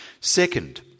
Second